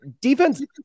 defense